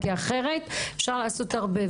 אחרת אפשר לעשות הרבה,